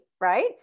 right